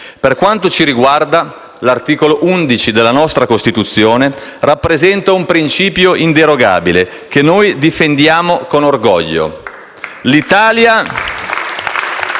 Per quanto ci riguarda, l'articolo 11 della nostra Costituzione rappresenta un principio inderogabile, che noi difendiamo con orgoglio. *(Applausi